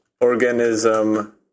organism